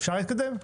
אפשר להתקדם?